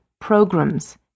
programs